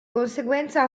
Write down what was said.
conseguenza